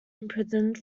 imprisoned